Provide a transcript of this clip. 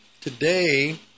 today